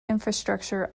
infrastructure